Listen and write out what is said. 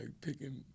picking